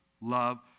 love